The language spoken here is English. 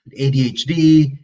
ADHD